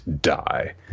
die